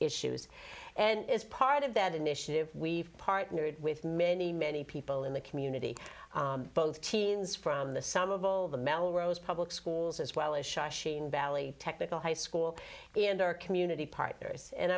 issues and as part of that initiative we've partnered with many many people in the community both teens from the sum of all the melrose public schools as well as shushing valley technical high school and our community partners and